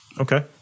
Okay